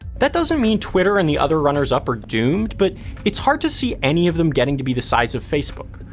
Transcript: that doesn't mean twitter and the other runners up are doomed, but it's hard to see any of them getting to be size of facebook.